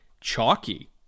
chalky